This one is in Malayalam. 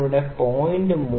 ഞാൻ ഇവിടെ 0